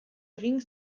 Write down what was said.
egin